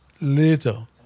later